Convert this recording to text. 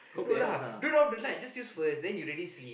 good lah don't on the light just use first then you really see